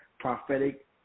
Prophetic